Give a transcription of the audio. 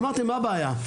אמרתי, מה הבעיה?